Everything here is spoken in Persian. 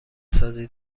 سازی